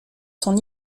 son